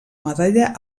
medalla